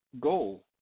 goal